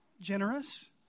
generous